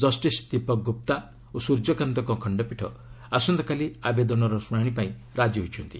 justice Deepak Gupta ଓ ସୂର୍ଯ୍ୟକାନ୍ତଙ୍କ ଖଣ୍ଡପୀଠ ଆସନ୍ତାକାଲି ଆବେଦନର ଶୁଣାଣି ପାଇଁ ରାଜି ହୋଇଛନ୍ତି